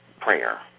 prayer